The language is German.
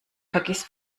vergiss